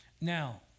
Now